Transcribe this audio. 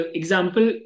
example